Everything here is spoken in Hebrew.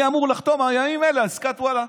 ואני אמור לחתום בימים אלה על עסקת וואלה.